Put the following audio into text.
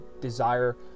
desire